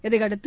இதையடுத்து